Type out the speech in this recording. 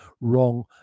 wrong